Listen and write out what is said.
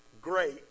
great